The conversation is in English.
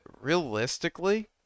realistically